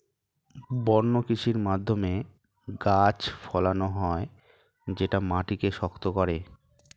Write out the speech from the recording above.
বন্য কৃষির মাধ্যমে গাছ ফলানো হয় যেটা মাটিকে শক্ত করে